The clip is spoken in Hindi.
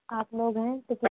आठ लोग है तो कि